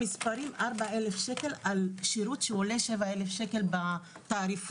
המספרים הם 4,000 שקל על שירות שעולה 7,000 שקל בתעריפון.